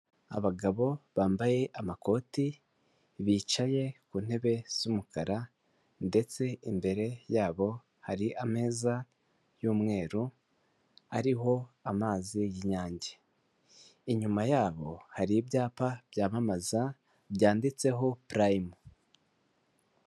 Abagabo bambaye amakoti bicaye ku ntebe z'umukara ndetse imbere yabo hari ameza y'umweru, ariho amazi y'inyange. Inyuma yabo hari ibyapa byamamaza byanditseho purayimu.